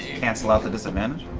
cancel out the disadvantage?